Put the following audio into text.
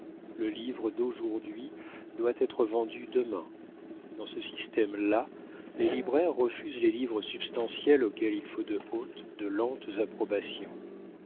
le livre d'aujourd'hui doit être vendu demain dans ce système-là les libraires refusent les livres substantiels auxquels il faut de hautes de lentes approbations